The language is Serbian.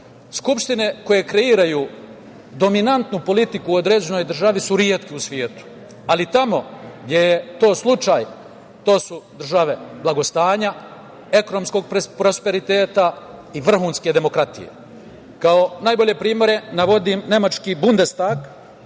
akcije. Skupštine koje kreiraju dominantnu politiku u određenoj državi su retke u svetu, ali tamo gde je to slučaj to su države blagostanja, ekonomskog prosperiteta i vrhunske demokratije. Kao najbolje primere navodim nemački Bundestag